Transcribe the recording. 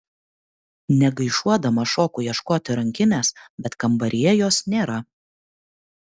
negaišuodama šoku ieškoti rankinės bet kambaryje jos nėra